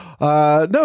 No